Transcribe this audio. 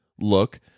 look